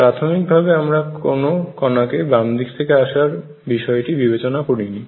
প্রাথমিকভাবে আমরা কোনও কণাকে বামদিকে আসার বিষয়টি বিবেচনা করি নি